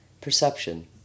perception